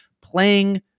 playing